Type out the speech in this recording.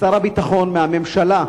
משר הביטחון, מהממשלה,